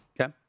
Okay